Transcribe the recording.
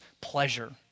pleasure